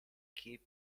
keep